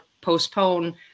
postpone